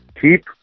keep